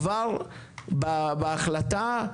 כבר בהחלטה.